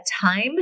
time